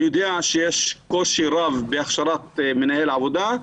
אני יודע שיש קושי רב בהכשרת מנהל עבודה,